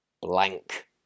blank